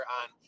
on